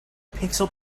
pixel